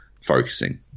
focusing